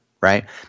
right